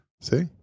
See